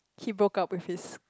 he broke up with his